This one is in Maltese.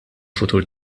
futur